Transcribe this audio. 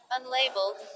Unlabeled